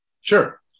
Sure